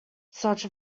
such